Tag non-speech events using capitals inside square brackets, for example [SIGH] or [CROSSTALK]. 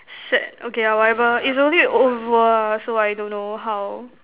sad okay lor whatever it's only over ah so I don't know how [NOISE]